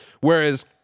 Whereas